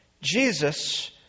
Jesus